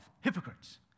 Hypocrites